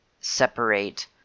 separate